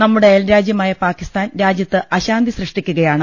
നമ്മുടെ അയൽരാജ്യമായ പാകിസ്ഥാൻ രാജ്യത്ത് അശാന്തി സൃഷ്ടിക്കുകയാണ്